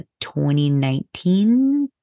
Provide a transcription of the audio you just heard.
2019